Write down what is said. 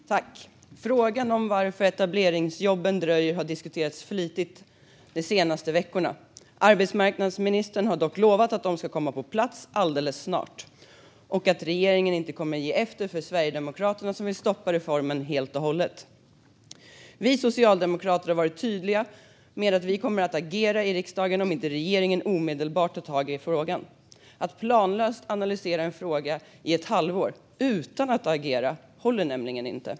Fru talman! Frågan om varför etableringsjobben dröjer har diskuterats flitigt de senaste veckorna. Arbetsmarknadsministern har dock lovat att de ska komma på plats alldeles snart och att regeringen inte kommer att ge efter för Sverigedemokraterna, som vill stoppa reformen helt och hållet. Vi socialdemokrater har varit tydliga med att vi kommer att agera i riksdagen om regeringen inte omedelbart tar tag i frågan. Att planlöst analysera en fråga i ett halvår utan att agera håller nämligen inte.